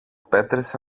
πέτρες